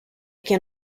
can